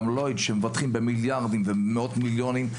גם לוידס שמבטחים במיליארדים ומאות מיליונים.